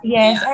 Yes